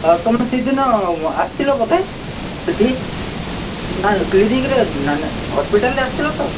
ତୁମେ ସେଦିନ ଆସିଥିଲ ବୋଧେ ଏଠି ନାଇଁ କ୍ଲିନିକ୍ରେ ନାଇଁ ନାଇଁ ହସ୍ପିଟାଲ୍ରେ ଆସିଥିଲ ତ